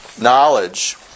Knowledge